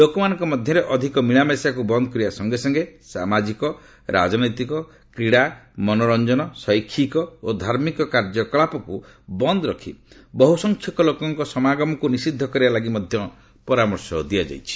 ଲୋକମାନଙ୍କ ମଧ୍ୟରେ ଅଧିକ ମିଳାମିଶାକୃ ବନ୍ଦ୍ କରିବା ସଙ୍ଗେ ସଙ୍ଗେ ସାମାଜିକ ରାଜନୈତିକ କ୍ରୀଡ଼ା ମନୋରଞ୍ଜନ ଶୈକ୍ଷିକ ଓ ଧାର୍ମିକ କାର୍ଯ୍ୟକଳାପକ୍ର ବନ୍ଦ୍ ରଖି ବହ୍ର ସଂଖ୍ୟକ ଲୋକଙ୍କ ସମାଗମକୁ ନିଷିଦ୍ଧ କରିବା ଲାଗି ମଧ୍ୟ ପରାମର୍ଶ ଦିଆଯାଇଛି